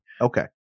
okay